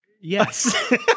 Yes